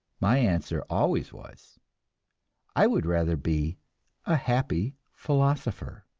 my answer always was i would rather be a happy philosopher.